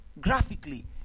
graphically